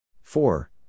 Four